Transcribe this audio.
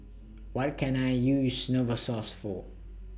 What Can I use Novosource For